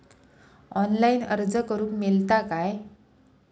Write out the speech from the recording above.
Online अर्ज करूक मेलता काय?